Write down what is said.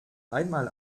einmal